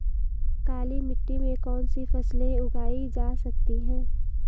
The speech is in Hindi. काली मिट्टी में कौनसी फसलें उगाई जा सकती हैं?